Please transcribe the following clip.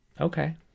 Okay